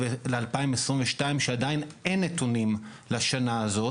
ול-22' שעדיין אין נתונים לשנה הזאת,